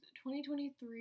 2023